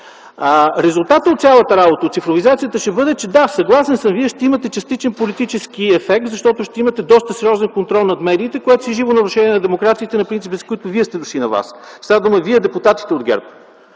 се опитате да направите цифровизацията. Да, съгласен съм, Вие ще имате частичен политически ефект. Защото ще имате доста сериозен контрол над медиите, което си е живо нарушение на демокрацията, на принципите, с които Вие сте дошли на власт. Става дума – вие, депутатите от ГЕРБ.